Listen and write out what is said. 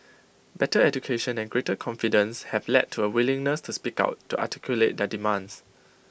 better education and greater confidence have led to A willingness to speak out to articulate their demands